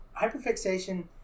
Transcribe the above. hyperfixation